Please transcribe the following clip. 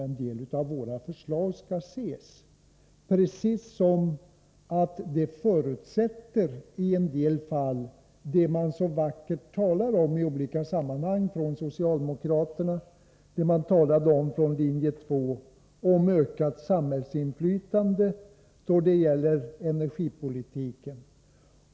En del av våra förslag förutsätter precis det som man så vackert talar om i olika sammanhang från socialdemokraternas sida och som man talade om i linje 2 — ökat samhällsinflytande när det gäller energipolitiken.